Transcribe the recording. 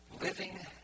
living